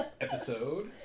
episode